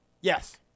yes